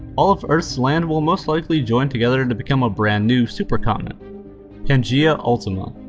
all of earth's land will most likely join together to become a brand-new super-continent pangaea ultima.